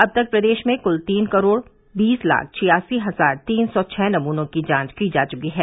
अब तक प्रदेश में क्ल तीन करोड़ बीस लाख छियासी हजार तीन सौ छ नमूनों की जांच की जा चुकी है